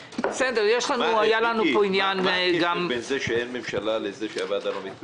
מה הקשר בין זה שאין ממשלה לבין זה שהוועדה לא מתכנסת?